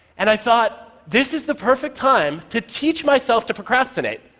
and i thought, this is the perfect time to teach myself to procrastinate,